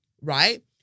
right